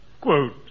Quote